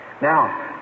now